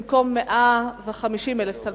במקום 150,000 תלמידים,